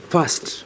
First